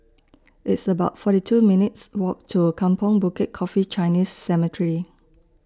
It's about forty two minutes' Walk to Kampong Bukit Coffee Chinese Cemetery